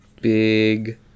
Big